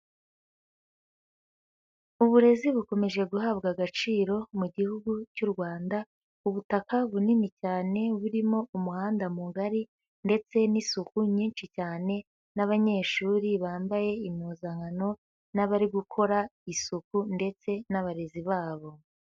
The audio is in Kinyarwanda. Uburezi bukomeje guhabwa agaciro, mu gihugu, cy'u Rwanda. Ubutaka bunini cyane, burimo umuhanda mugari, ndetse n'isuku nyinshi cyane n'abanyeshuri bambaye impuzankano n'abari gukora isuku ndetse n'abarezi babo.